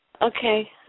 Okay